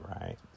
right